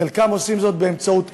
חלקם עושים זאת באמצעות אקזיט,